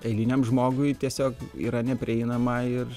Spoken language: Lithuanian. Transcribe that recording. eiliniam žmogui tiesiog yra neprieinama ir